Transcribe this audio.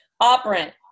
Operant